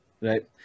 right